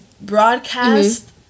broadcast